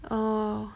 orh